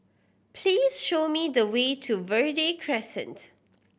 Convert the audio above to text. please show me the way to Verde Crescent